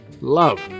love